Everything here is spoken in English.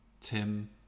Tim